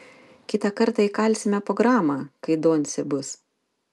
kitą kartą įkalsime po gramą kai doncė bus